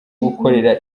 gukorera